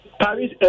Paris